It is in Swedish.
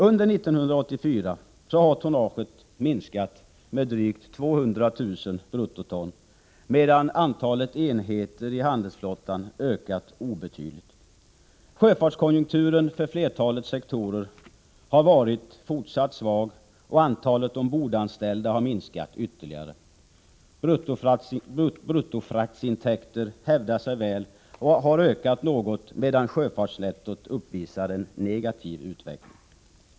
Under 1984 har tonnaget minskat med drygt 200 000 bruttoton, medan antalet enheter i handelsflottan har ökat obetydligt. Sjöfartskonjunkturen för flertalet sektorer har varit fortsatt svag, och antalet ombordanställda har minskat ytterligare. Bruttofraktsintäkterna hävdar sig väl och har ökat något, medan sjöfartsnettot uppvisar en negativ utveckling.